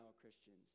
Christians